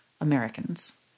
Americans